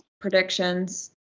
Predictions